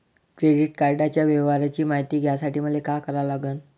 Credit कार्डाच्या व्यवहाराची मायती घ्यासाठी मले का करा लागन?